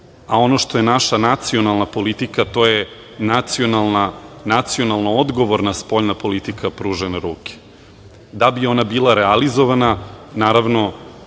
a ono što je naša nacionalna politika to je nacionalno odgovorna spoljna politika pružene ruke. Da bi ona bila realizovana, naravno,